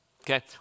Okay